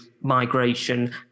migration